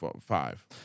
Five